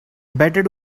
better